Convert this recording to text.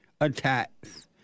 attacks